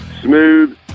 smooth